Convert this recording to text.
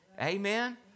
Amen